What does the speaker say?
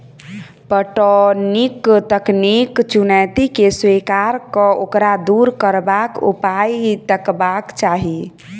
पटौनीक तकनीकी चुनौती के स्वीकार क ओकरा दूर करबाक उपाय तकबाक चाही